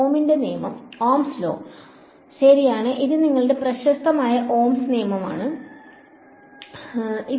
ഓമിന്റെ നിയമംOhm's Law ശരിയാണ് ഇത് നിങ്ങളുടെ പ്രശസ്തമായ ഓമിന്റെ നിയമം ശരിയാണ്